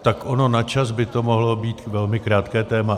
Tak ono na čas by to mohlo být velmi krátké téma.